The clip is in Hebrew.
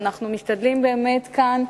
ואנחנו משתדלים באמת כאן,